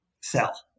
sell